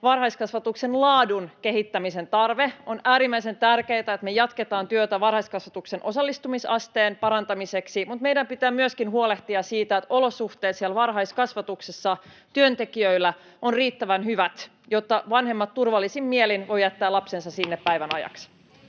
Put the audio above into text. varhaiskasvatuksen laadun kehittämisen tarpeen. On äärimmäisen tärkeätä, että me jatketaan työtä varhaiskasvatuksen osallistumisasteen parantamiseksi, mutta meidän pitää myöskin huolehtia siitä, että olosuhteet siellä varhaiskasvatuksessa työntekijöillä ovat riittävän hyvät, jotta vanhemmat turvallisin mielin voivat jättää lapsensa sinne päivän ajaksi.